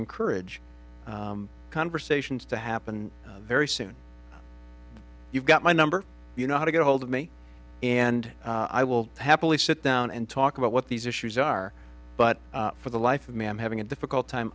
encourage conversations to happen very soon you've got my number you know how to get ahold of me and i will happily sit down and talk about what these issues are but for the life of me i'm having a difficult time